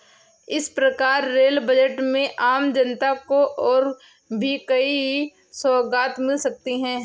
इस बार rail budget में आम जनता को और भी कई नई सौगात मिल सकती हैं